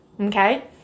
Okay